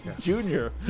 Junior